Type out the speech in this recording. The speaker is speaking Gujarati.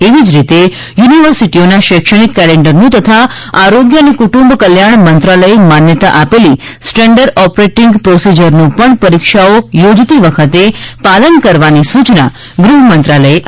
એવી જ રીતે યુનિવર્સિટીઓના શૈક્ષણિક કેલેન્ડરનું તથા આરોગ્ય અને કુટુંબ કલ્યાણ મંત્રાલયે માન્યતા આપેલી સ્ટેન્ડર્ડ ઓપરેટીંગ પ્રોસીજરનું પણ પરીક્ષાઓ યોજતી વખતે પાલન કરવાની સૂચના ગૃહમંત્રાલયે આપી છે